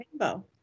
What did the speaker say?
rainbow